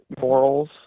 morals